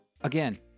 Again